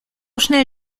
schnell